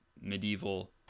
medieval